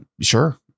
Sure